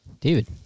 David